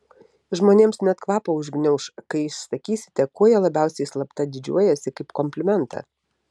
žmonėms net kvapą užgniauš kai išsakysite kuo jie labiausiai slapta didžiuojasi kaip komplimentą